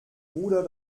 bruder